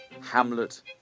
Hamlet